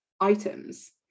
items